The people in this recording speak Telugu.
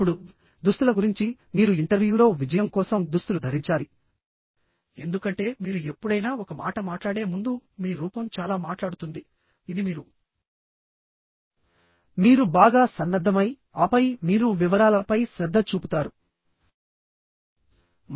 ఇప్పుడుదుస్తుల గురించి మీరు ఇంటర్వ్యూలో విజయం కోసం దుస్తులు ధరించాలి ఎందుకంటే మీరు ఎప్పుడైనా ఒక మాట మాట్లాడే ముందు మీ రూపం చాలా మాట్లాడుతుందిఇది మీరు మీరు బాగా సన్నద్ధమై ఆపై మీరు వివరాలపై శ్రద్ధ చూపుతారు